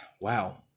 wow